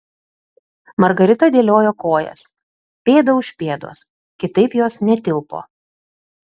margarita dėliojo kojas pėda už pėdos kitaip jos netilpo